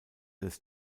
des